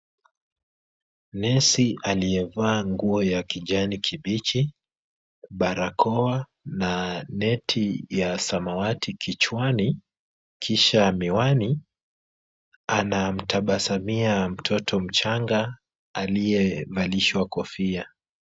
Nesi aliyevaa nguo ya kijani kibichi, barakoa na neti ya samawati kichwani kisha miwani. Anamtazamia mtoto mchanga aliyevalishwa kofia.